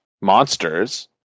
monsters